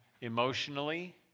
emotionally